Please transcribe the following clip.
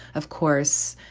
of course,